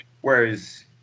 Whereas